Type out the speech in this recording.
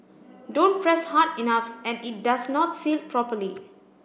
don't press hard enough and it does not seal properly